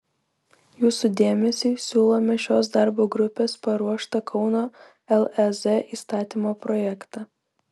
jūsų dėmesiui siūlome šios darbo grupės paruoštą kauno lez įstatymo projektą